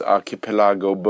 Archipelago